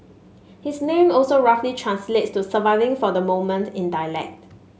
his name also roughly translates to surviving for the moment in dialect